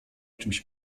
czymś